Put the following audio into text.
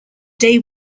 day